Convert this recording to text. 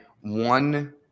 one